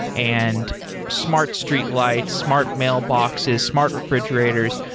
and smart streetlights, smart mailboxes, smart refrigerators,